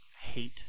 hate